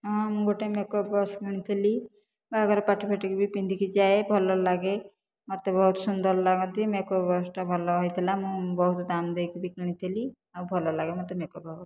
ହଁ ମୁଁ ଗୋଟିଏ ମେକପ ବକ୍ସ କିଣିଥିଲି ବାହାଘର ପାର୍ଟି ଫାର୍ଟିକି ବି ପିନ୍ଧିକି ଯାଏ ଭଲ ଲାଗେ ମୋତେ ବହୁତ ସୁନ୍ଦର ଲାଗନ୍ତି ମେକପ ବକ୍ସଟା ଭଲ ହୋଇଥିଲା ମୁଁ ବହୁତ ଦାମ ଦେଇକି ବି କିଣିଥିଲି ଆଉ ଭଲ ଲାଗେ ମୋତେ ମେକପ ହେବାକୁ